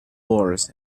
wars